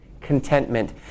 contentment